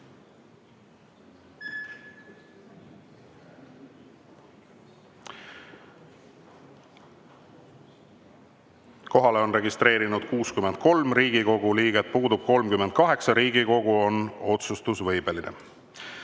on end registreerinud 63 Riigikogu liiget, puudub 38. Riigikogu on otsustusvõimeline.